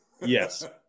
yes